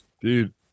Dude